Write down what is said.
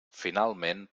finalment